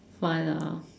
fun lah